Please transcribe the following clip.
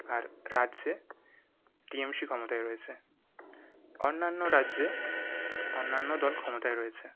আর রাজ্যে টিএমসি ক্ষমতায় রয়েছে অন্যান্য রাজ্যে অন্যান্য দল ক্ষমতায় রয়েছে